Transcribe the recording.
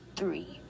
three